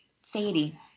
Sadie